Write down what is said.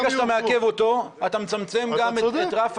ברגע שאתה מעכב אותו אתה מצמצם גם את רף